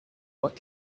what